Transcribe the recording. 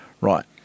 Right